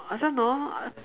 I don't know